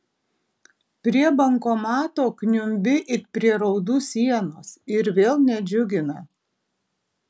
prie bankomato kniumbi it prie raudų sienos ir vėl nedžiugina